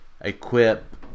equip